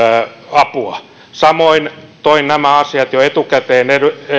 apua samoin toin nämä asiat jo etukäteen